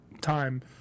time